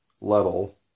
level